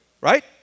right